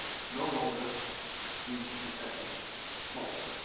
there's no longer the precession mode.